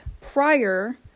prior